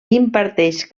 imparteix